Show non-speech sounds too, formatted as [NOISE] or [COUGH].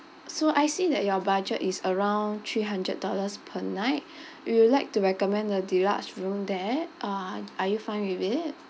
so I see that your budget is around three hundred dollars per night [BREATH] we would like to recommend a deluxe room there uh are you fine with it